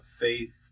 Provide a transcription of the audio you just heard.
faith